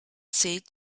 said